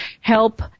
help